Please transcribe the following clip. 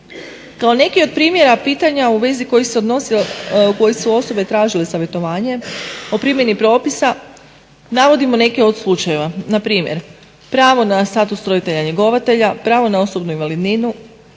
Kao neki od primjera pitanja u vezi kojih su osobe tražile savjetovanje o primjeni propisa navodimo neke od slučajeva. Na primjer pravo na status roditelja njegovatelja, pravo na osobnu invalidninu,